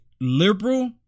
liberal